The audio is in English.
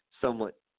somewhat